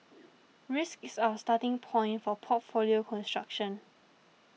risk is our starting point for portfolio construction